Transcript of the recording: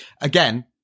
again